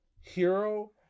hero